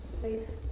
please